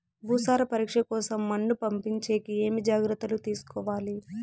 భూసార పరీక్ష కోసం మన్ను పంపించేకి ఏమి జాగ్రత్తలు తీసుకోవాలి?